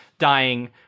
dying